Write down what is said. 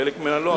חלק ממנה לא.